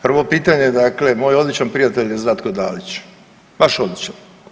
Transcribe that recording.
Prvo pitanje dakle moj odličan prijatelj je Zlatko Dalić, baš odličan.